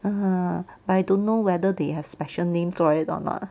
ah but I don't know whether they have special names for it or not